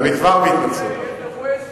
אירועי ספורט.